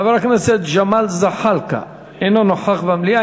חבר הכנסת ג'מאל זחאלקה, אינו נוכח במליאה.